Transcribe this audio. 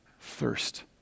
thirst